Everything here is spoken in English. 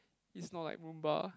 it's not like Rumba